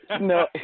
No